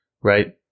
Right